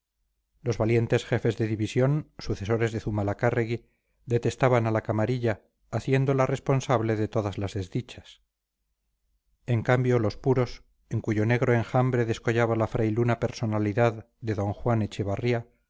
los valientes jefes de división sucesores de zumalacárregui detestaban a la camarilla haciéndola responsable de todas las desdichas en cambio los puros en cuyo negro enjambre descollaba la frailuna personalidad de d juan echevarría